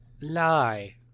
lie